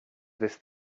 this